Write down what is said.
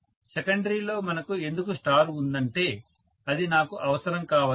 సెకండరీలో మనకు ఎందుకు స్టార్ ఉందంటే అది నాకు అవసరం కావచ్చు